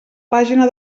pàgina